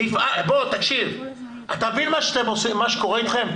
תבין מה שקורה אתכם.